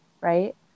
right